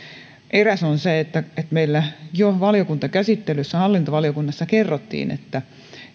eräs on se että meillä jo valiokuntakäsittelyssä hallintovaliokunnassa kerrottiin että